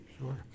Sure